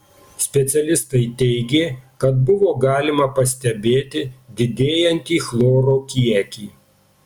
specialistai teigė kad buvo galima pastebėti didėjantį chloro kiekį